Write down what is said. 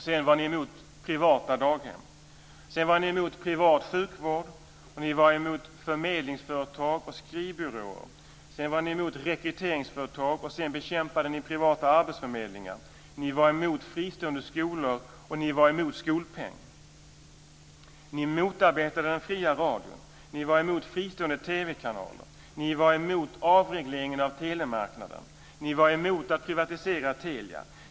Sedan var ni emot privata daghem. Sedan var ni emot privat sjukvård, och ni var emot förmedlingsföretag och skrivbyråer. Sedan var ni emot rekryteringsföretag och bekämpade privata arbetsförmedlingar. Ni var emot fristående skolor, och ni var emot skolpeng. Ni motarbetade den fria radion. Ni var emot fristående TV-kanaler. Ni var emot avregleringen av telemarknaden. Ni var emot att privatisera Telia.